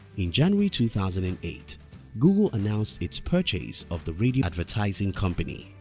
in january two thousand and eight google announced its purchase of the radio advertising company,